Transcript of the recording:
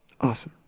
Awesome